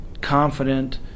confident